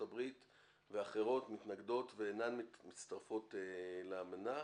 הברית ואחרות מתנגדות ואינן מצטרפות לאמנה.